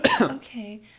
Okay